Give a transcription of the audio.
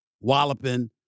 walloping